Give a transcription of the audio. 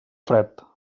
fred